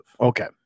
okay